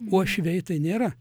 uošviai tai nėra